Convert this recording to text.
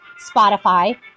Spotify